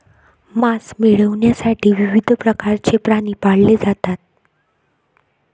मांस मिळविण्यासाठी विविध प्रकारचे प्राणी पाळले जातात